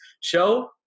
show